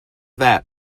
that